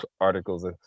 articles